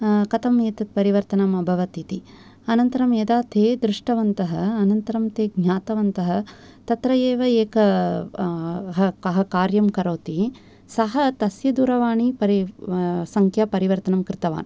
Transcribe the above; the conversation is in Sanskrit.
कथम् एतत् परिवर्तनम् अभवत् इति अनन्तरं यदा ते दृष्टवन्तः अनन्तरं ते ज्ञातवन्तः तत्र एव एकः कार्यं करोति सः तस्य दूरवाणी परिव सङ्ख्यापरिवर्तनं कृतवान्